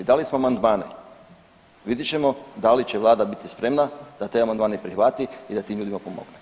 Dali smo amandmane, vidjet ćemo da li će vlada biti spremna da te amandmane prihvati i da tim ljudima pomogne.